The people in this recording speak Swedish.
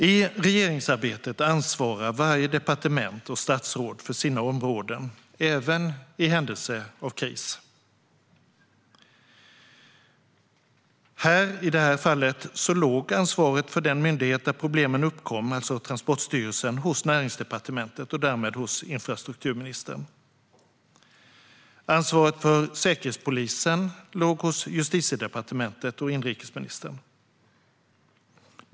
I regeringsarbetet ansvarar varje departement och statsråd för sina områden, även i händelse av kris. I det här fallet låg ansvaret för den myndighet där problemen uppkom, alltså Transportstyrelsen, hos Näringsdepartementet och därmed hos infrastrukturministern. Ansvaret för Säkerhetspolisen låg hos Justitiedepartementet och inrikesministern.